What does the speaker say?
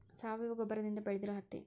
ಸಾವಯುವ ಗೊಬ್ಬರದಿಂದ ಬೆಳದಿರು ಹತ್ತಿ